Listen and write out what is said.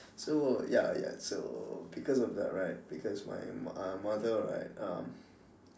so ya ya so because of that right because my uh mother right uh